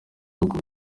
bihugu